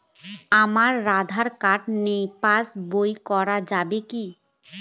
আমার আঁধার কার্ড নাই passbook করা যাবে কি?